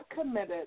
committed